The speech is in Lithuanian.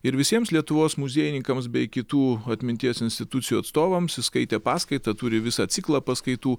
ir visiems lietuvos muziejininkams bei kitų atminties institucijų atstovams jis skaitė paskaitą turi visą ciklą paskaitų